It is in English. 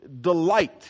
delight